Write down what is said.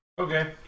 okay